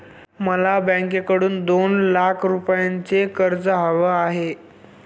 मला बँकेकडून दोन लाख रुपयांचं कर्ज हवं आहे